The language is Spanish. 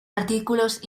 artículos